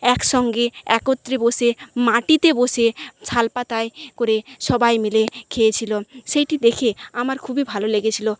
একসঙ্গে একত্রে বসে মাটিতে বসে শাল পাতায় করে সবাই মিলে খেয়েছিলো সেইটি দেখে আমার খুবই ভালো লেগেছিলো